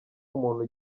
umuntu